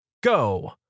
Go